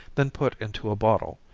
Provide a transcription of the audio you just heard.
then put into a bottle,